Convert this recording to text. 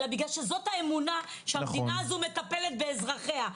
אלא בגלל שזאת האמונה שהמדינה הזאת מטפלת באזרחיה.